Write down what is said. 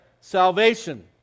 salvation